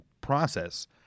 process